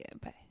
bye